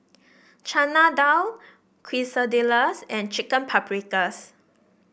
Chana Dal Quesadillas and Chicken Paprikas